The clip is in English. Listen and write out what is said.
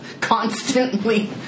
constantly